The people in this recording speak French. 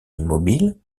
immobile